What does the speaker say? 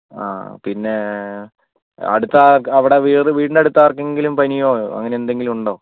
ആഹ് പിന്നേ അടുത്ത് ആ അവിടെ വേറെ വീടിൻ്റെ അടുത്ത് ആർക്കെങ്കിലും പനിയോ അങ്ങനെ എന്തെങ്കിലും ഉണ്ടോ